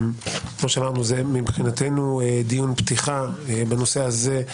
כמו שאמרנו, מבחינתנו זה דיון פתיחה בנושא הזה.